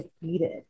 defeated